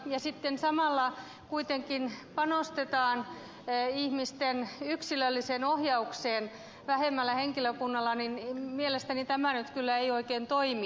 kun sitten samalla kuitenkin panostetaan ihmisten yksilölliseen ohjaukseen vähemmällä henkilökunnalla niin mielestäni tämä nyt kyllä ei oikein toimi